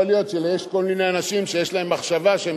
יכול להיות שיש כל מיני אנשים שיש להם מחשבה שהם